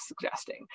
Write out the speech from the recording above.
suggesting